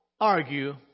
argue